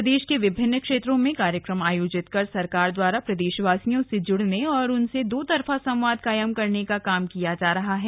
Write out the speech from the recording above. प्रदेश के विभिन्न क्षेत्रों में कार्यक्रम आयोजित कर सरकार द्वारा प्रदेशवासियों से जुड़ने और उनसे दोतरफा संवाद कायम करने का कार्य किया जा रहा है